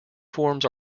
forms